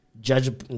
Judge